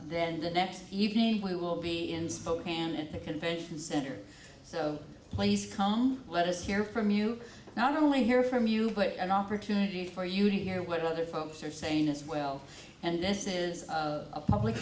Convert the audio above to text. then the next evening we will be in spokane at the convention center so please come let us hear from you not only hear from you but an opportunity for you to hear what other folks are saying as well and this is a public